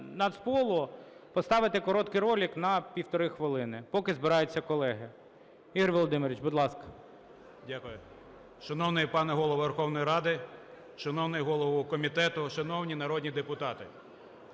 Нацполу поставити короткий ролик на півтори хвилини, поки збираються колеги. Ігор Володимирович, будь ласка. 12:56:29 КЛИМЕНКО І.В. Дякую. Шановний пане Голово Верховної Ради! Шановний голово комітету! Шановні народні депутати!